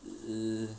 err